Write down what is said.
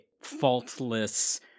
faultless